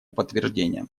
подтверждением